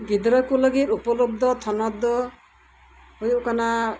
ᱜᱤᱫᱽᱨᱟᱹᱠᱩ ᱞᱟᱹᱜᱤᱫ ᱩᱯᱚᱞᱚᱵᱫᱷᱚ ᱛᱷᱚᱱᱚᱛ ᱫᱚ ᱦᱩᱭᱩᱜ ᱠᱟᱱᱟ